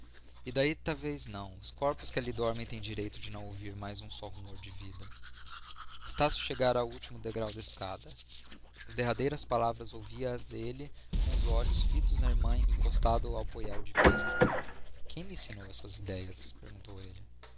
e daí talvez não os corpos que ali dormem têm direito de não ouvir mais um só rumor de vida estácio chegara ao último degrau da escada as derradeiras palavras ouviu as ele com os olhos fitos na irmã e encostado ao poial de pedra quem lhe ensinou essas idéias perguntou ele